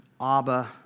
Abba